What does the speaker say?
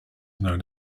known